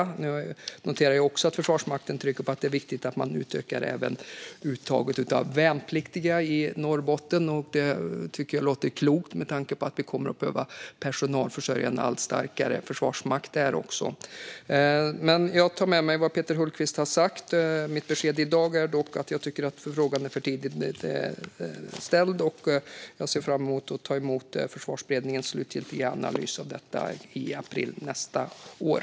Jag noterar att Försvarsmakten trycker på att det är viktigt att man utökar även uttagningen av värnpliktiga i Norrbotten. Det tycker jag låter klokt med tanke på att vi kommer att behöva personalförsörja en allt starkare försvarsmakt där också. Jag tar med mig vad Peter Hultqvist har sagt. Mitt besked i dag är dock att jag tycker är frågan är för tidigt ställd. Jag ser fram emot att ta emot Försvarsberedningens slutgiltiga analys av detta i april nästa år.